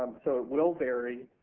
um so it will vary.